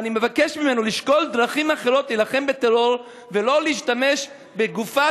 ואני מבקש ממנו לשקול דרכים אחרות להילחם בטרור ולא להשתמש בגופה